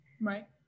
Right